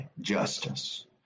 justice